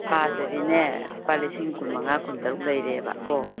ꯐꯥꯔꯁꯇꯗꯤꯅꯦ ꯂꯨꯄꯥ ꯂꯤꯁꯤꯡ ꯀꯨꯟ ꯃꯉꯥ ꯀꯨꯟ ꯇꯔꯨꯛ ꯂꯩꯔꯦꯕꯀꯣ